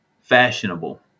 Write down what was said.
fashionable